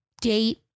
date